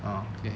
mm